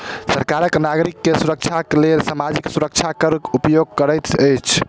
सरकार नागरिक के सुरक्षाक लेल सामाजिक सुरक्षा कर उपयोग करैत अछि